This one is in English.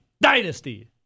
dynasty